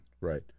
Right